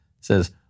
says